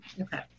Okay